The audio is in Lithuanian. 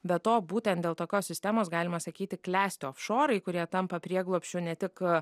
be to būtent dėl tokios sistemos galima sakyti klesti ofšorai kurie tampa prieglobsčiu ne tik